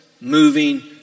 moving